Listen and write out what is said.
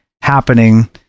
happening